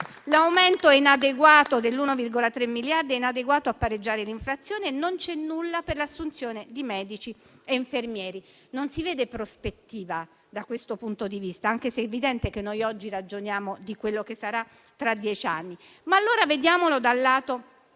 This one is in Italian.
L'aumento di 1,3 miliardi è inadeguato a pareggiare l'inflazione e non c'è nulla per l'assunzione di medici e infermieri. Non si vede prospettiva da questo punto di vista, anche se è evidente che noi oggi ragioniamo di quello che sarà tra dieci anni. Ma allora vediamolo dal lato